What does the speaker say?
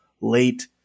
late